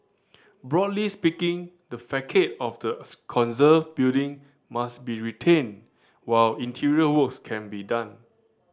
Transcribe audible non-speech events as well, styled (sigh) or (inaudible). broadly speaking the facade of the (unintelligible) conserved building must be retained while interior works can be done